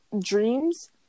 dreams